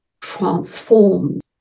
transformed